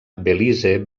belize